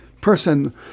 person